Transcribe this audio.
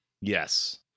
Yes